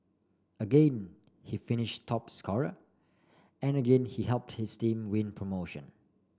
again he finish top scorer and again he help his team win promotion